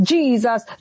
Jesus